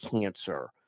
cancer